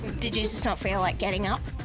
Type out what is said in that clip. did you just not feel like getting up?